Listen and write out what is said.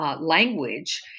Language